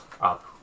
up